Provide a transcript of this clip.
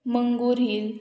Mangor hill